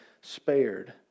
spared